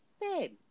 Babe